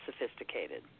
sophisticated